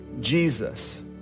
Jesus